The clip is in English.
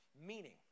meaning